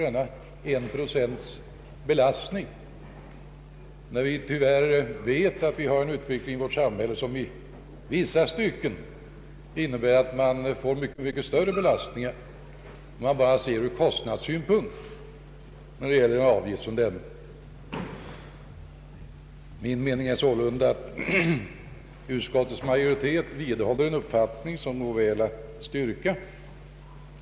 Vi vet ju att vi tyvärr har en utveckling i vårt samhälle som i vissa stycken ur kostnadssynpunkt innebär mycket större belastning än en avgift som denna. Min mening är sålunda att utskottsmajoriteten vidhålller en uppfattning som mycket väl går att styrka.